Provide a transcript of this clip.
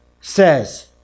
says